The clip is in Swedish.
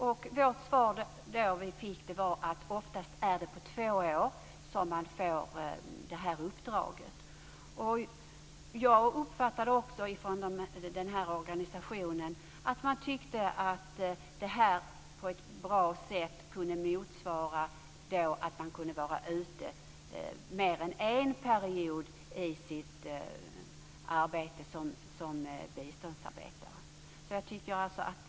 Det svar vi fick är att det oftast är på två år som de får uppdraget. Jag uppfattade att man från organisationen tyckte att undantaget på ett bra sätt gjorde att man kunde vara ute mer än en period i sitt arbete som biståndsarbetare.